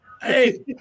hey